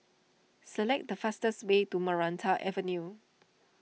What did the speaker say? select the fastest way to Maranta Avenue